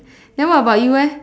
then what about you leh